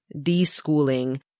de-schooling